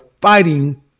fighting